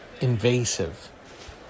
invasive